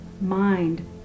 mind